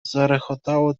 zarechotało